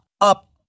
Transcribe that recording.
up